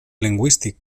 lingüístic